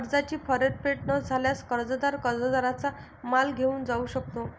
कर्जाची परतफेड न झाल्यास, कर्जदार कर्जदाराचा माल घेऊन जाऊ शकतो